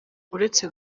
uretse